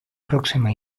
próxima